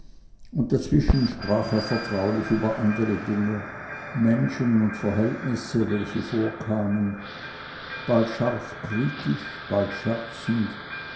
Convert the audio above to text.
und dazwischen sprach er vertraulich über andere dinge menschen und verhältnisse welche vorkamen bald scharf kritisch bald scherzend